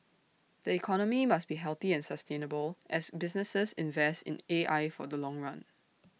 the economy must be healthy and sustainable as businesses invest in A I for the long run